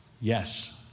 Yes